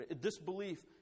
disbelief